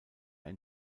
ein